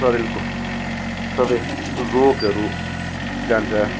शरीरको सबै रोगहरू जान्छ